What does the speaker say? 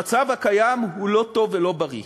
המצב הקיים הוא לא טוב ולא בריא,